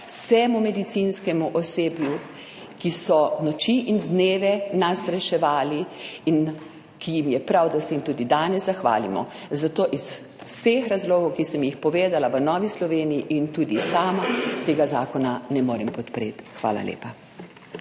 vsemu medicinskemu osebju, ki nas je noči in dneve reševalo in je prav, da se mu tudi danes zahvalimo. Zato iz vseh razlogov, ki sem jih povedala, v Novi Sloveniji ne in tudi sama tega zakona ne morem podpreti. Hvala lepa.